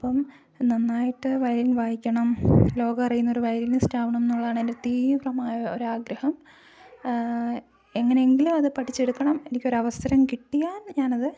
അപ്പം നന്നായിട്ട് വയലിൻ വായിക്കണം ലോകമറിയുന്ന ഒരു വയലിനിസ്റ്റ് ആവണം എന്നുള്ളതാണ് എൻ്റെ തീവ്രമായ ഒരാഗ്രഹം എങ്ങനെയെങ്കിലും അത് പഠിച്ചെടുക്കണം എനിക്കൊരു അവസരം കിട്ടിയാൽ ഞാനത്